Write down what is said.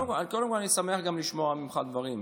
קודם כול, אני שמח לשמוע ממך דברים.